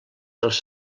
dels